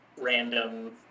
random